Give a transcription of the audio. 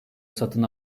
satın